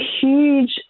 huge